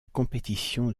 compétition